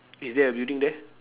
is there a building there